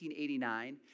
1889